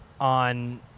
on